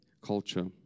culture